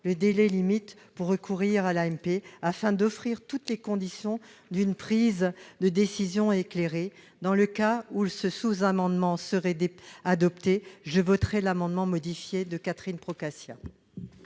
le délai limite pour recourir à l'AMP, afin d'offrir toutes les conditions d'une prise de décision éclairée. Si ce sous-amendement était adopté, je voterais l'amendement de Catherine Procaccia